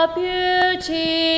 beauty